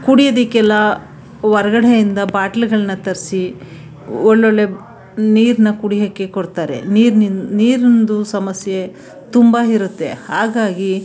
ಕುಡಿಯೋದಕ್ಕೆಲ್ಲ ಹೊರ್ಗಡೆಯಿಂದ ಬಾಟ್ಲ್ಗಳನ್ನ ತರಿಸಿ ಒಳ್ಳೊಳ್ಳೆ ನೀರನ್ನ ಕುಡಿಯೋಕ್ಕೆ ಕೊಡ್ತಾರೆ ನೀರ್ನಿಂದ ನೀರಿಂದು ಸಮಸ್ಯೆ ತುಂಬ ಇರುತ್ತೆ ಹಾಗಾಗಿ